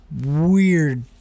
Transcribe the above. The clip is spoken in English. weird